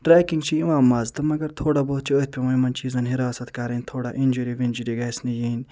trekking چھِ یِوان مزٕ تہٕ مگر تھوڑا بہت چھِ أتھۍ پٮ۪وان یِمَن چیٖزَن حراست کرٕنۍ تھوڑا اِنجٕری وِنجٕری گژھِ نہِ یِنۍ